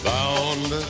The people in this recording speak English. Bound